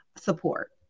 support